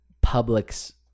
public's